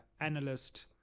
analyst